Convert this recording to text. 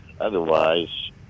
Otherwise